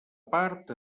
part